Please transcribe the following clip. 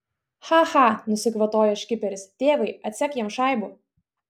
cha cha nusikvatojo škiperis tėvai atsek jam šaibų